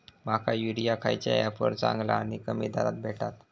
माका युरिया खयच्या ऍपवर चांगला आणि कमी दरात भेटात?